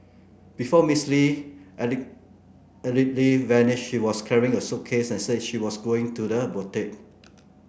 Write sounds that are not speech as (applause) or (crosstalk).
before Ms Li (unintelligible) allegedly vanished she was carrying a suitcase and said she was going to the boutique